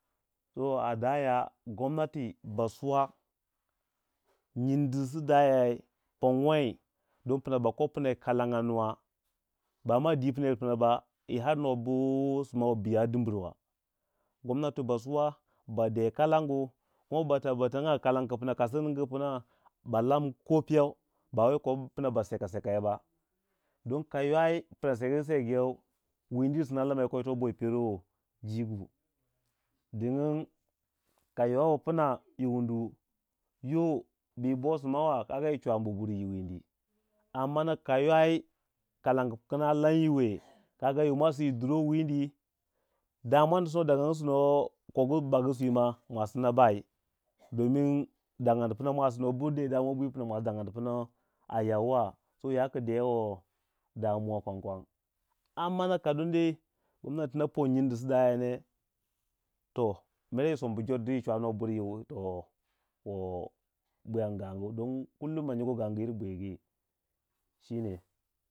To adaya gwamnati ba suwa nyindu su dayai pongyu wai din ma baka pne kalangya nuwa bama dwi pnai yir pna yi nuwubu pna ya dumbirwa gmnati waba suwa bade kalan gubatei batei kalang ku pna kasu ningu kuna puna ba lam ko piyau bawai kupna ba seka seka yau ba ka ywai pna sekugu sekugo yau, windi yir sina lama yoko boi peruwe jiigu dingyin ka yo pna yi wundu yo bi yi bo simawa kaga yi chwanubu buri yi windi amma ka ywai kalangu kna lamyiwe kaga yo mwasi yi duro wini damuwa su no dagangu suno kogu bagu swi ma babai domin daganni pna, no bwi damuwa bwima daganni pna a yauwa. so yaku dewei damuwa kwangkwang ammmana ka don dei ba pon nyindi si dayai ne, tohh mer in sombu jor diyi chwanoburi yiso buyan gangu don kullum ma nyingo gangiyur bwigwi shine.